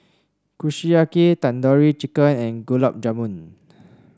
Kushiyaki Tandoori Chicken and Gulab Jamun